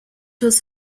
was